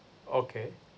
okay